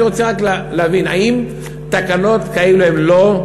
אני רק רוצה להבין, האם תקנות כאלה הן דמוקרטיות?